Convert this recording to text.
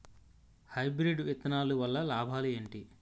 Hybrid విత్తనాలు వల్ల లాభాలు ఏంటి?